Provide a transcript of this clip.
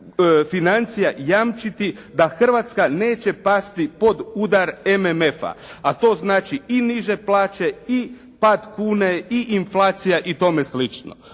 financija jamčiti da Hrvatska neće pasti pod udar MMF-a a to znači i niže plaće i pad kune i inflacija i tome slično.